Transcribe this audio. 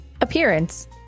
Appearance